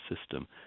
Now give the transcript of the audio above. system